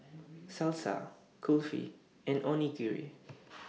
Salsa Kulfi and Onigiri